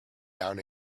down